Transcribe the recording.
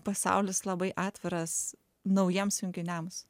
pasaulis labai atviras naujiems junginiams